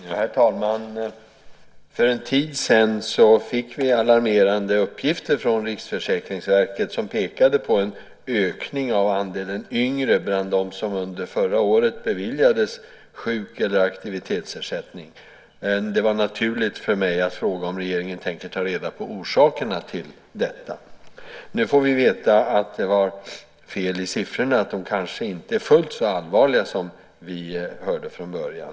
Herr talman! För en tid sedan fick vi alarmerande uppgifter från Riksförsäkringsverket som pekade på en ökning av andelen yngre bland dem som under förra året beviljades sjuk eller aktivitetsersättning. Det var naturligt för mig att fråga om regeringen tänker ta reda på orsakerna till detta. Nu får vi veta att det var fel i siffrorna, att de kanske inte är fullt så allvarliga som vi från början hörde.